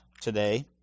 today